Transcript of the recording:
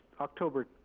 october